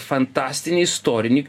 fantastinį istorinį